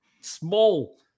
small